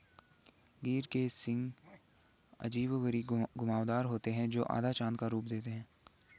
गिर के सींग अजीबोगरीब घुमावदार होते हैं, जो आधा चाँद का रूप देते हैं